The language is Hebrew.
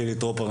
חילי טרופר,